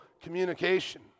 communication